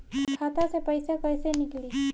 खाता से पैसा कैसे नीकली?